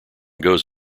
goes